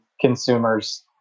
consumers